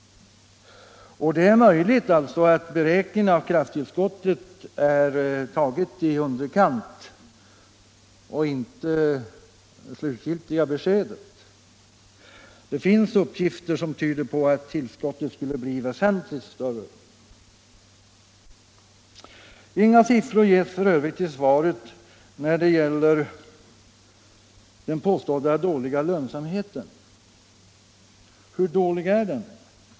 Det är möjligt att beräkningen av krafttillskottet är taget i underkant och inte kan anses som det slutgiltiga beskedet. Det finns uppgifter som tyder på att tillskottet skulle bli väsentligt större. Inga siffror ges f.ö. i svaret när det gäller den påstådda dåliga lönsamheten. Hur dålig är den?